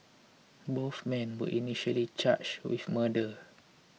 both men were initially charged with murder